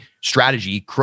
strategy